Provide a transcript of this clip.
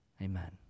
amen